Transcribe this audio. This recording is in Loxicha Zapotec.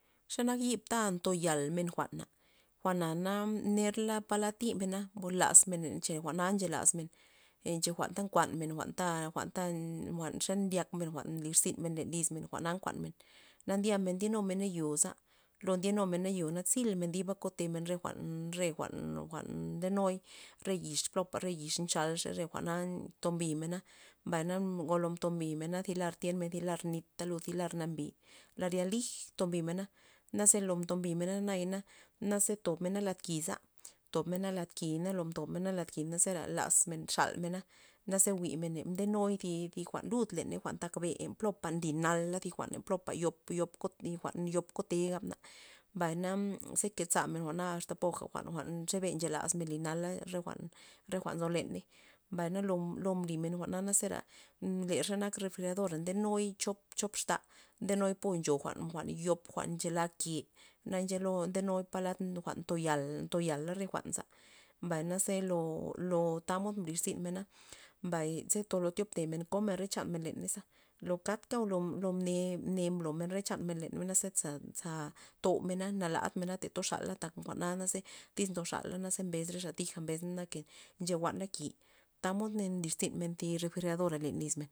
Xa nak yib ta toyal men jwa'na, jwa'na na nerla palad thimena o lazmena cha jwa'na nche lazmen, en cha jwa'n ta nkuan men nda jwa'nta jwa'n xa ta ndyakmen ba nlir zyn men len lyzmen jwa'na nkuanmen na ndyamena nde numena yo' yoza lo ndinumena yo na za zilmen diba kotemen re jwa'n- re jwa'n- jwa'n ndenuy re yix plopa re yix nchalxey re jwa'na ntom bimena, mbay na ngolo ntombimena zi lar thienmen thi lar nita lud thi lar nambi lar jwa'n lij tombimena naze lo tombimena naya na ze tobmena lad ki'za, tob mena lad ki'na lo mtob mena lad ki'za ze lazmen xalmena naze jwi'men ndenuy thi jwa'n lud leney len jwa'n ntakbe len popa nly nal thi jwa'n len popa yo'o popa yop jwa'n kotey gabna, mbay na ze kezamen na azta poja xe be mchelax mena nala re jwa'n re jwa'n nzo leney, mbay na lo mblimen jwa'na zera le xe nak refrigeradora nde nuy chop- chop xta' nde nuy po ncho ncho jwa'n yop jwa'n nchela ke na ncholon ndenuy palad ntoyal- ntoyala re jwa'nza mbay na ze lo ze lo tamod nlirzynmena mbay ze lo tyobtemen komen re chanmen leney lo kadka lo mn- mne blomen chanmen leney za za toumena na lad mena na todxala porke jwa'na ze tyz ndoxala mbes re xa yij mbes ke nche jwu'ana ki' tamod nlir zynmen refrigeradora len lizmen.